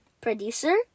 producer